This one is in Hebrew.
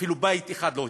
אפילו בית אחד לא התחבר.